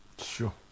sure